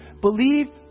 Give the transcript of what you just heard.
believe